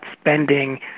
spending